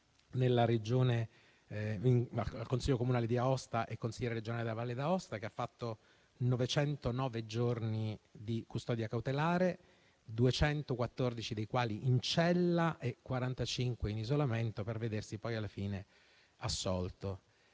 prima di essere consigliere comunale di Aosta e consigliere regionale della Valle d'Aosta, ha fatto 909 giorni di custodia cautelare, 214 dei quali in cella e 45 in isolamento, per vedersi poi alla fine assolto.